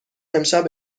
امشب